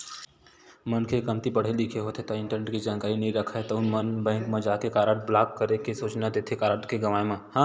मनखे ह कमती पड़हे लिखे होथे ता इंटरनेट के जानकारी नइ राखय तउन मन बेंक म जाके कारड ब्लॉक करे के सूचना देथे कारड के गवाय म